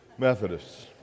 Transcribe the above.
Methodists